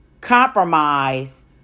compromise